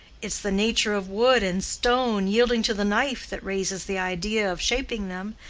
it's the nature of wood and stone yielding to the knife that raises the idea of shaping them,